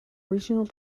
regional